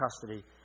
custody